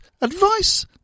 Advice